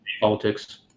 politics